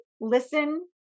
listen